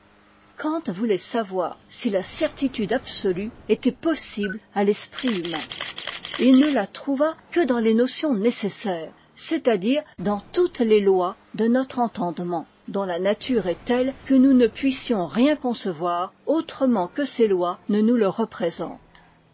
kant voulait savoir si la certitude absolue était possible à l'esprit humain et il ne la trouva que dans les notions nécessaires c'est-à-dire dans toutes les lois de notre entendement dont la nature est telle que nous ne puissions rien concevoir autrement que ces lois ne nous le représentent